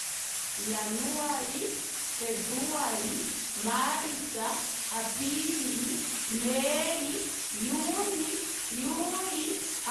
January. Februali. Maalitsa. Apilili. May. June, july. Auguste